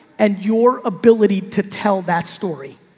and your ability to tell that story.